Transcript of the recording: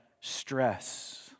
stress